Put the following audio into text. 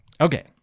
Okay